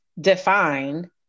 defined